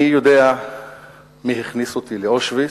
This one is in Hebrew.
אני יודע מי הכניס אותי לאושוויץ,